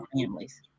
families